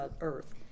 earth